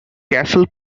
castle